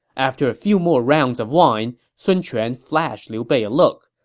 after a few more rounds of wine, sun quan flashed liu bei a look.